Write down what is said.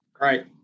Right